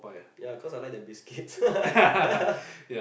ya cause I like their biscuits